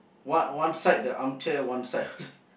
one one side the armchair one side